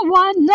one